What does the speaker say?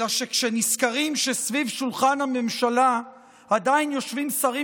אלא שכשנזכרים שסביב שולחן הממשלה עדיין יושבים שרים